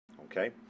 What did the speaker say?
okay